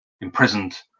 imprisoned